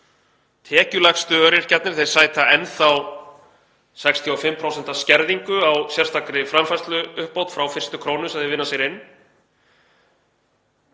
Tekjulægstu öryrkjarnir sæta enn þá 65% skerðingu á sérstakri framfærsluuppbót frá fyrstu krónu sem þeir vinna sér inn.